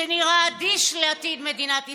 שנראה אדיש לעתיד מדינת ישראל.